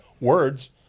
words